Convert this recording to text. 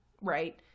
Right